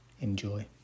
Enjoy